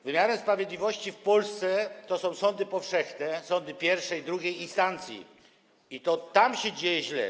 Wymiarem sprawiedliwości w Polsce są sądy powszechne, sądy pierwszej, drugiej instancji, i to tam się dzieje źle.